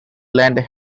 land